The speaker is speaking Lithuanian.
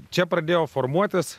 čia pradėjo formuotis